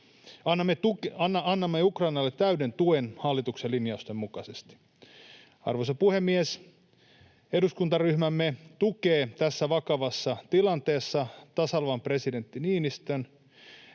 Annamme Ukrainalle täyden tuen hallituksen linjausten mukaisesti. Arvoisa puhemies! Eduskuntaryhmämme tukee tässä vakavassa tilanteessa tasavallan presidentti Niinistön